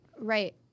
Right